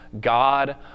God